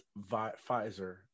Pfizer